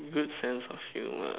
good sense of humour